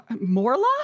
Morla